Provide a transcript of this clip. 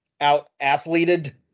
out-athleted